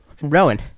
Rowan